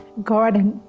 god